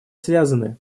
связаны